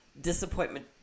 disappointment